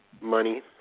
Money